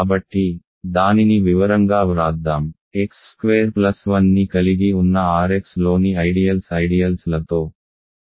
కాబట్టి దానిని వివరంగా వ్రాద్దాం x స్క్వేర్ ప్లస్ 1ని కలిగి ఉన్న R xలోని ఐడియల్స్ ఐడియల్స్ లతో బైజెక్టీవ్ కరస్పాండెన్స్లో ఉంటాయి